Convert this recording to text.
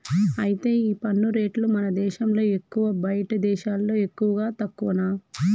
అయితే ఈ పన్ను రేట్లు మన దేశంలో ఎక్కువా బయటి దేశాల్లో ఎక్కువనా తక్కువనా